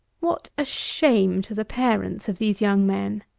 what a shame to the parents of these young men!